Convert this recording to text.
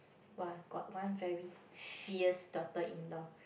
!wah! got one very fierce daughter in law